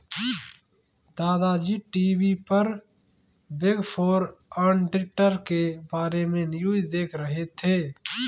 दादा जी टी.वी पर बिग फोर ऑडिटर के बारे में न्यूज़ देख रहे थे